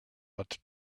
but